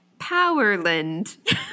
Powerland